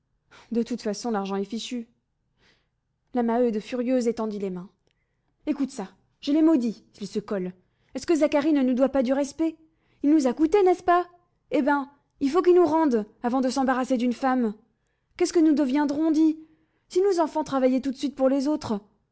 de toute façon l'argent est fichu la maheude furieuse étendit les mains écoute ça je les maudis s'ils se collent est-ce que zacharie ne nous doit pas du respect il nous a coûté n'est-ce pas eh bien il faut qu'il nous rende avant de s'embarrasser d'une femme qu'est-ce que nous deviendrions dis si nos enfants travaillaient tout de suite pour les autres